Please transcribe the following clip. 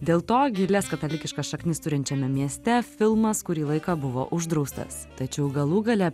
dėl to gilias katalikiškas šaknis turinčiame mieste filmas kurį laiką buvo uždraustas tačiau galų gale